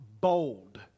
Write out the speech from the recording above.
Bold